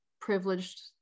privileged